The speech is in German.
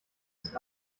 ist